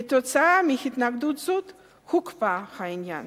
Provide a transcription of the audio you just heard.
כתוצאה מהתנגדות זאת הוקפא העניין.